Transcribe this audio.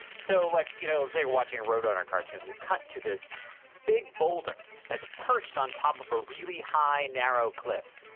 so like, you know, let's say you're watching roadrunner cartoon you cut to this big boulder that's perched on top of a really high narrow cliff,